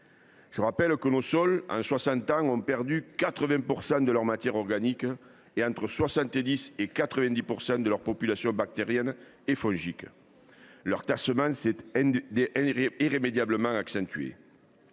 le rappelle, en soixante ans, nos sols ont perdu 80 % de leur matière organique et entre 70 % et 90 % de leur population bactérienne et fongique. Leur tassement s’est irrémédiablement accentué.